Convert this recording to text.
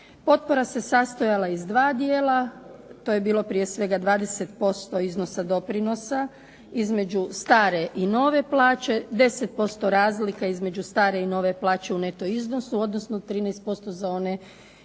Potpora se sastojala iz dva dijela, to je bilo prije svega 20% iznosa doprinosa između stare i nove plaće, 10% razlika između stare i nove plaće u neto iznosu odnosno 13% za one radnike